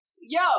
yo